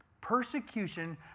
Persecution